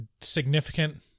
significant